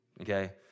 okay